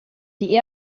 die